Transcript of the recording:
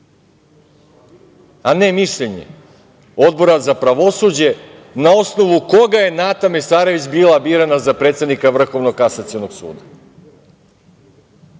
a ne mišljenje Odbora za pravosuđe na osnovu koga je Nata Mesarović bila birana za predsednika Vrhovnog kasacionog suda. Takav